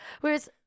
whereas